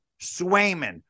Swayman